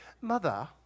Mother